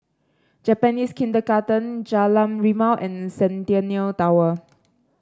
Japanese Kindergarten Jalan Rimau and Centennial Tower